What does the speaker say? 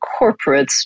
corporates